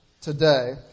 today